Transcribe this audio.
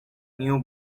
new